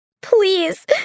Please